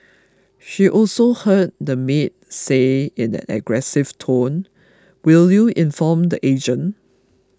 she also heard the maid say in an aggressive tone will you inform the agent